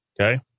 okay